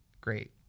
Great